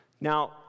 Now